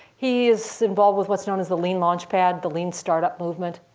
he is involved with what's known as the lean launchpad, the lean startup movement,